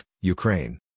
Ukraine